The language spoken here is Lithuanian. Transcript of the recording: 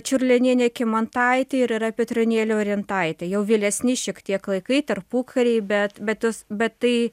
čiurlionienė kymantaitė ir yra petronėlė orintaitė jau vėlesni šiek tiek laikai tarpukariai bet bet tas bet tai